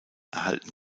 erhalten